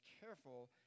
careful